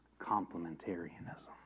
complementarianism